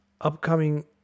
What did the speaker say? upcoming